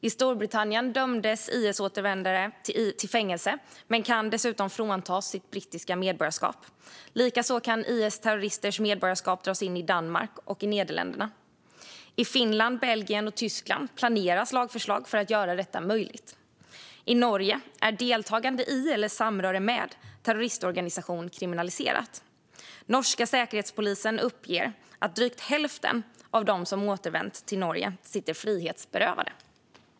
I Storbritannien döms IS-återvändare till fängelse och kan dessutom fråntas sitt brittiska medborgarskap. Likaså kan IS-terroristers medborgarskap dras in i Danmark och i Nederländerna. I Finland, Belgien och Tyskland planeras lagförslag för att göra detta möjligt. I Norge är deltagande i eller samröre med terroristorganisation kriminaliserat. Norska säkerhetspolisen uppger att drygt hälften av dem som återvänt till Norge sitter frihetsberövade.